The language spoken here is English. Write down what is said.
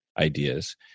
ideas